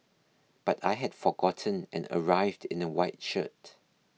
but I had forgotten and arrived in a white shirt